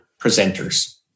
presenters